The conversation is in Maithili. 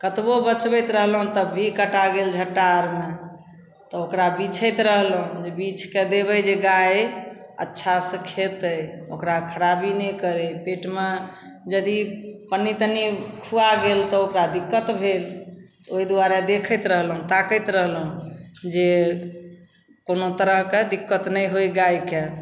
कतबो बचबैत रहलहुँ तब भी कटा गेल झट्टा आरमे तऽ ओकरा बिछैत रहलहुँ जे बिछिके देबै जे गाइ अच्छासे खेतै ओकरा खराबी नहि करै पेटमे जदि पन्नी तन्नी खुआ गेल तऽ ओकरा दिक्कत भेल ओहि दुआरे देखैत रहलहुँ ताकैत रहलहुँ जे कोनो तरहके दिक्कत नहि होइ गाइके